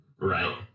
Right